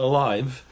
Alive